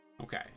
okay